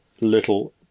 little